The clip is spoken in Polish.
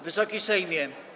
Wysoki Sejmie!